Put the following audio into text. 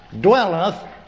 dwelleth